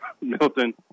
Milton